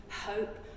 hope